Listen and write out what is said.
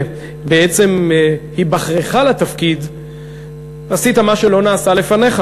בעצם היבחרך לתפקיד עשית מה שלא נעשה לפניך.